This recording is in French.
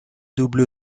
double